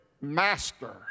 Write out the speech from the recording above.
Master